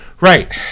Right